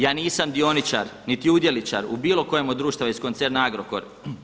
Ja nisam dioničar niti udjeličar u bilo kojem od društava iz koncerna Agrokor.